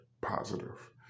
positive